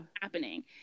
happening